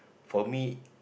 for me